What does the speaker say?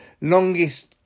longest